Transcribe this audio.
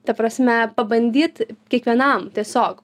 ta prasme pabandyt kiekvienam tiesiog